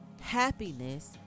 happiness